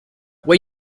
when